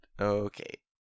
Okay